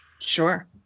Sure